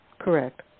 Correct